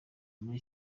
muri